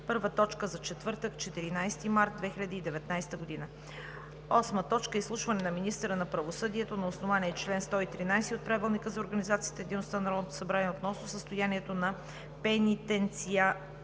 първа точка за четвъртък, 14 март 2019 г. 8. Изслушване на министъра на правосъдието на основание чл. 113 от Правилника за организацията и дейността на Народното събрание относно състоянието на пенитенциарната